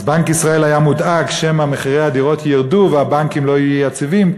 בנק ישראל היה מודאג שמא מחירי הדירות ירדו והבנקים לא יהיו יציבים,